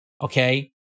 Okay